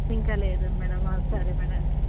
ఇంకా లేదా మ్యాడమ్ సరే మ్యాడమ్